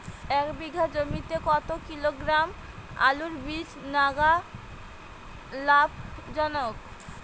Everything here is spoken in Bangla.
এক বিঘা জমিতে কতো কিলোগ্রাম আলুর বীজ লাগা লাভজনক?